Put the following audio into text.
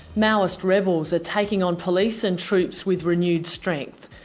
maoist rebels are taking on police and troops with renewed strength.